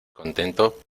contento